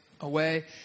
away